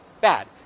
Bad